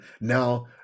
now